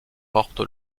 porte